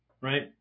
right